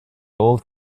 old